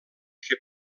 que